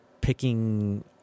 picking